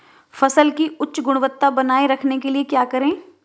फसल की उच्च गुणवत्ता बनाए रखने के लिए क्या करें?